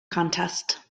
contest